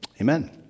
Amen